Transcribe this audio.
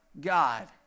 god